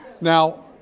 now